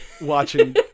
watching